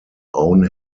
own